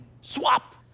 Swap